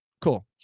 Cool